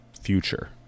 future